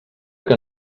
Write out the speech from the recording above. que